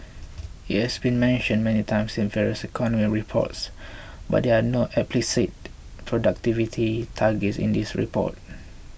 it has been mentioned many times in various economic reports but there are no explicit productivity targets in this report